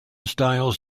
styles